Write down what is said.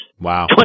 Wow